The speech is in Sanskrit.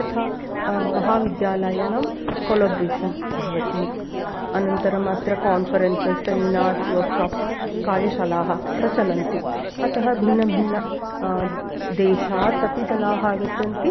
तथा महाविद्यालयानां कोलब्रेशन् भवति अनन्तरम् अत्र कोन्फ़रेन्स् सेमिनार्स् वर्क्शाप्स् कार्यशालाः प्रचलन्ति अतः भिन्नभिन्न देशात् अपि जनाः आगच्छन्ति